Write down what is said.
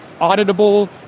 auditable